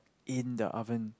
in the oven